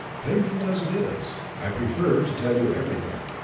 painful as it is, i prefer to tell you everything.